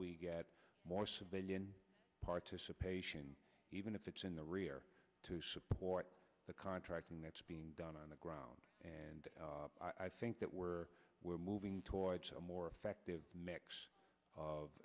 we get more civilian participation even if it's in the rear to support the contracting that's being done on the ground and i think that we're moving towards a more effective mix